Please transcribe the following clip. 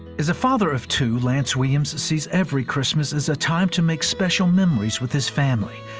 as a father of two, lance williams sees every christmas as a time to make special memories with his family.